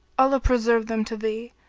allah preserve them to thee!